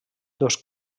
dos